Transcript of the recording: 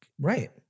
right